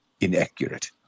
inaccurate